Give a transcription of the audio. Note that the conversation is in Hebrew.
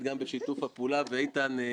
הוא לא יודע איך הוא מסתדר איתם ומתקדם.